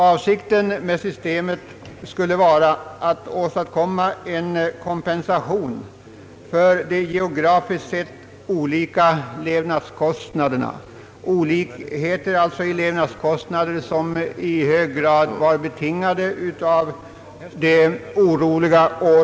Avsikten med systemet skulle vara att åstadkomma en kompensation för de geografiskt sett olika levnadskostnaderna.